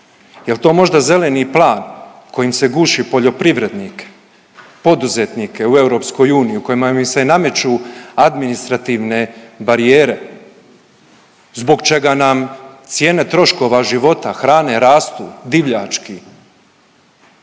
Jel to možda zeleni plan kojim se guši poljoprivrednike, poduzetnike u EU u kojim se nameću administrativne barijere, zbog čega nam cijene troškova života, hrane rastu divljački?